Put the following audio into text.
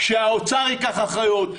שמשרד האוצר ייקח אחריות,